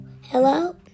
hello